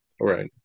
Right